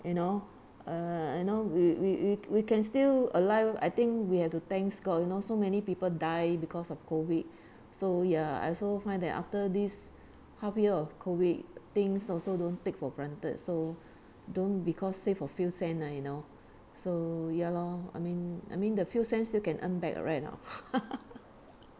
you know err you know we we we we can still alive I think we have to thanks god you know so many people die because of COVID so ya I also find that after this half year of COVID things also don't take for granted so don't because save a few cents ah you know so ya lor I mean I mean the few cents still can earn back right or not